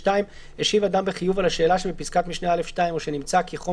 השיב אדם בחיוב על השאלה שבפסקת משנה (א)(2) או שנמצא כי חום